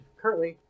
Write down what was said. currently